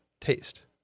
taste